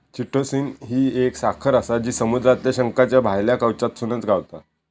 chitosan ही एक साखर आसा जी समुद्रातल्या शंखाच्या भायल्या कवचातसून गावता